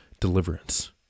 deliverance